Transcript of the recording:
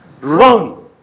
Run